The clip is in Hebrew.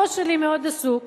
הראש שלי מאוד עסוק,